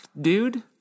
dude